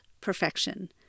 perfection